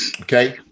Okay